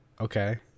Okay